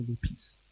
peace